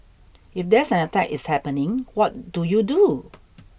if there's an attack is happening what do you do